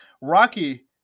Rocky